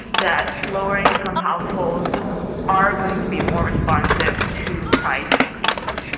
that lower income households are going to be more responsive to price increases.